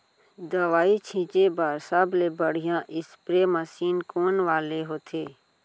दवई छिंचे बर सबले बढ़िया स्प्रे मशीन कोन वाले होथे?